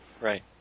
Right